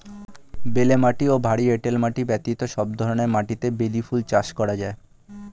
বেলে মাটি ও ভারী এঁটেল মাটি ব্যতীত সব ধরনের মাটিতেই বেলি ফুল চাষ করা যায়